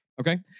Okay